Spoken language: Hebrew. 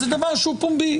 זה דבר שהוא פומבי.